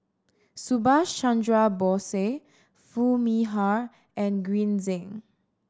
Subhas Chandra Bose Foo Mee Har and Green Zeng